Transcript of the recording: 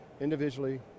individually